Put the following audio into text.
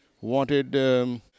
wanted